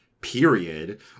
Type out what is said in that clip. period